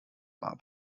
war